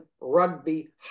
rugby